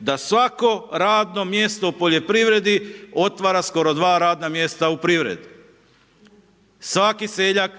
da svako radno mjesto u poljoprivredi otvara skoro dva radna mjesta u privredi. Svaki seljak